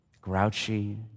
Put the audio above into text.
grouchy